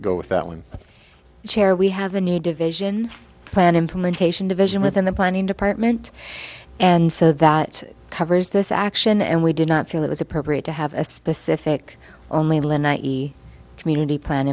go with that one chair we have a new division plan implementation division within the planning department and so that covers this action and we did not feel it was appropriate to have a specific only lanai easy community plan